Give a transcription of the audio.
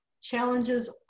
challenges